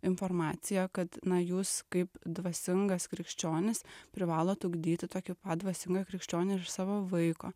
informacija kad na jūs kaip dvasingas krikščionis privalot ugdyti tokį pat dvasingą krikščionį iš savo vaiko